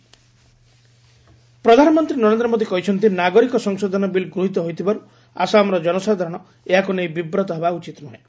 PM Assam ପ୍ରଧାନମନ୍ତ୍ରୀ ନରେନ୍ଦ୍ର ମୋଦି କହିଛନ୍ତି ନାଗରିକ ସଂଶୋଧନ ବିଲ୍ ଗୃହୀତ ହୋଇଥିବାରୁ ଆସାମର ଜନସାଧାରଣ ଏହାକୁ ନେଇ ବିବ୍ରତ ହେବା ଉଚିତ୍ ନୁହେଁ